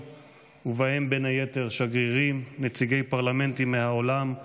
היציע מצוי מול דוכן הנואמים של נבחרי הציבור,